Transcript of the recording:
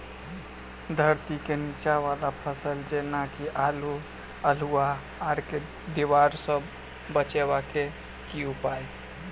धरती केँ नीचा वला फसल जेना की आलु, अल्हुआ आर केँ दीवार सऽ बचेबाक की उपाय?